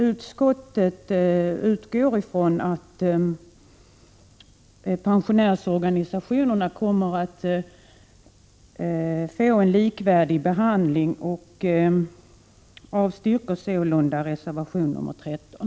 Utskottsmajoriteten utgår från att pensionärsorganisationerna kommer att få en likvärdig behandling och avstyrker reservationen.